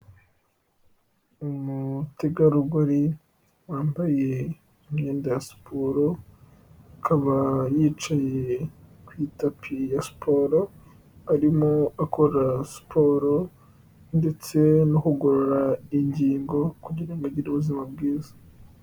Umutegarugori wambaye imyenda ya siporo, akaba yicaye ku itapi ya siporo, arimo akora siporo, ndetse no kugorora ingingo kugira agire ubuzima bwiza.